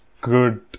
good